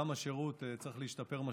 גם השירות צריך להשתפר משמעותית.